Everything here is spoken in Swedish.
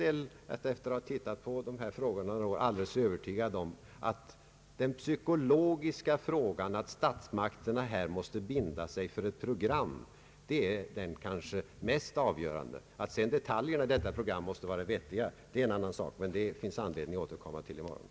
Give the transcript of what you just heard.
Efter att ha studerat dessa frågor är jag alldeles övertygad om att statsmakterna här måste binda sig för ett program. Det är kanske den mest avgörande frågan. Att sedan detaljerna i detta program måste vara vettiga är självklart. Det finns anledning att återkomma till detta i morgon.